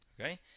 Okay